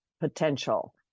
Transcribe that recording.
potential